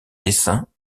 dessins